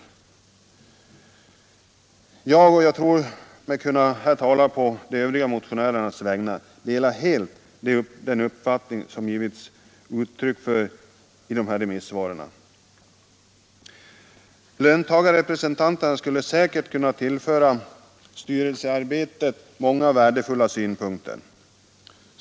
Jag — och jag tror mig här kunna tala även på de övriga motionärernas vägnar — delar helt den uppfattning som man givit uttryck för i dessa remissvar. Löntagarrepresentanterna skulle säkert kunna tillföra styrelsearbetet många värdefulla synpunkter.